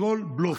הכול בלוף.